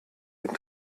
den